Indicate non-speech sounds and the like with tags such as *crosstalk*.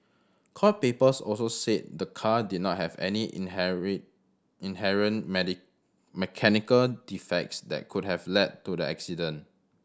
court papers also said the car did not have any inherit inherent *unintelligible* *unintelligible* mechanical defects that could have led to the accident